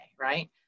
Right